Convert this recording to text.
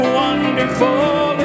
wonderful